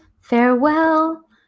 Farewell